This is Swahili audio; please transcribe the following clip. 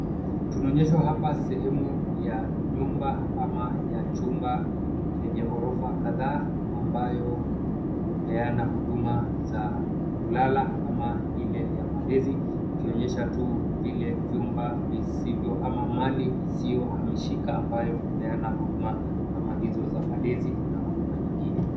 Tunaonyeshwa hapa sehemu ya nyumba ama ya chumba chenye ghorofa kadhaa, ambayo hupeana huduma za kulala ama ile ya malezi, ikionyesha tu vile vyumba visivyo ama mali isiyohamasika, ambayo hupeana huduma kama hizo za malezi na huduma zingine.